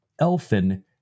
elfin